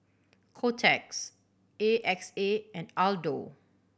Kotex A X A and Aldo